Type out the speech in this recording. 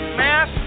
mass